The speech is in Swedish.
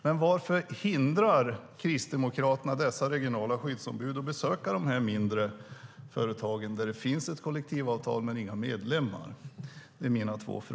Men varför hindrar Kristdemokraterna dessa regionala skyddsombud att besöka de mindre företagen där det finns ett kollektivavtal men inga medlemmar?